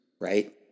right